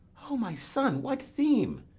o my son, what theme?